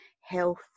health